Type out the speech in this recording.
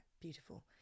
beautiful